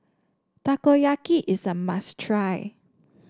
Takoyaki is a must try